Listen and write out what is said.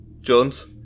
Jones